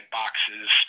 boxes